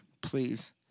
Please